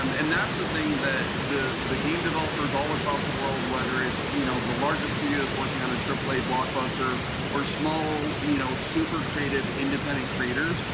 um and that's the thing that the the game developers all across the world, whether it's you know the largest studios working on a triple a blockbuster or small, you know super creative independent creators,